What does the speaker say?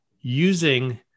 using